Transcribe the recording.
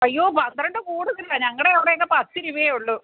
അയ്യോ പന്ത്രണ്ട് കൂടുതലാണ് ഞങ്ങളുടെയവിടെയൊക്കെ പത്ത് രൂപയെ ഉള്ളു